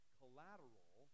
collateral